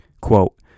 Quote